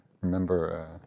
Remember